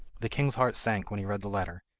the king's heart sank when he read the letter.